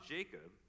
Jacob